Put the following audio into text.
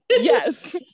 Yes